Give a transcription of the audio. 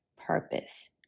purpose